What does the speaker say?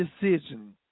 decision